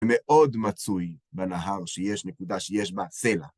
מאוד מצוי בנהר שיש נקודה שיש בה סלע.